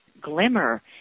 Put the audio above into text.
glimmer